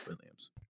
Williams